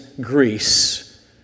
Greece